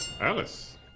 Alice